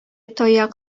таяк